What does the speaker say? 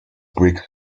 greek